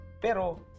Pero